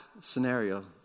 scenario